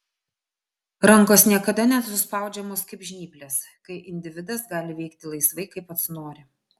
rankos niekada nesuspaudžiamos kaip žnyplės kai individas gali veikti laisvai kaip pats nori